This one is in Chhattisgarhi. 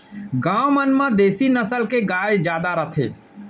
गॉँव मन म देसी नसल के गाय जादा रथे